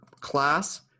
class